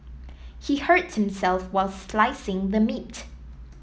he hurt himself while slicing the meat